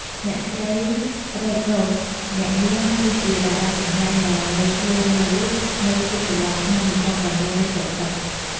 អ្នកនាង រ៉េត រ៉ូស អ្នកនាងគឺជាតារាសម្តែងដ៏លេចធ្លោមួយរូបនៅទសវត្សរ៍ឆ្នាំ ១៩៧០។